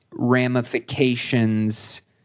ramifications